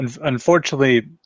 Unfortunately